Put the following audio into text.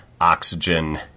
oxygen